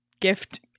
gift